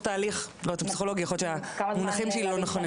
יכול להיות שהמונחים שלי לא נכונים.